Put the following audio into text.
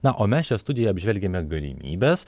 na o mes čia studijoje apžvelgiame galimybes